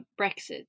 Brexit